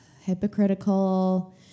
hypocritical